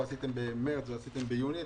ולהוסיף גם את מרץ 2020 או את יוני 2020,